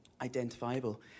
identifiable